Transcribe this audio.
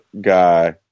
guy